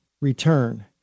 return